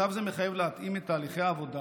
מצב זה מחייב להתאים את תהליכי העבודה